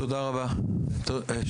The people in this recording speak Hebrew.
תודה רבה, תודה.